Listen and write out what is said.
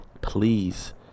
please